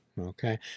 okay